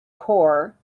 core